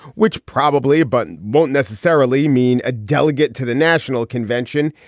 which probably a button won't necessarily mean a delegate to the national convention.